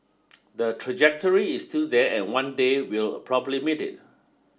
the trajectory is still there and one day we'll probably meet it